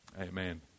amen